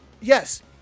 Yes